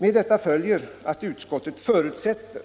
Med detta följer att utskottet förutsätter